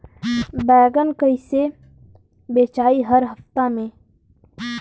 बैगन कईसे बेचाई हर हफ्ता में?